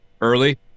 early